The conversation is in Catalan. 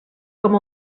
com